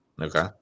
Okay